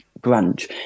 branch